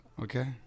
Okay